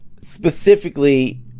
specifically